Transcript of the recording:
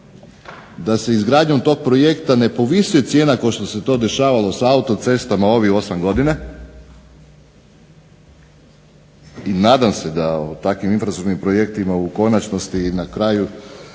da se izgradnjom tog projekta ne povisuje cijena kao što se to dešavalo sa autocestama u ovih 8 godina, i nadam se da o takvim infrastrukturnim projektima u konačnici i na kraju